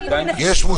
אם זה